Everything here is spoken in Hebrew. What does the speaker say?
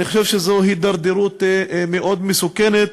אני חושב שזו הידרדרות מאוד מסוכנת,